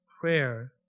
prayer